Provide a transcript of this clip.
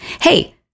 hey